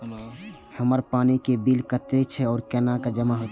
हमर पानी के बिल कतेक छे और केना जमा होते?